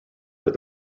that